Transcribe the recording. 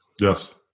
Yes